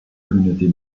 communautés